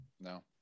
no